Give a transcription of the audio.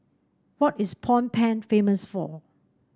what is Phnom Penh famous for